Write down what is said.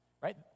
right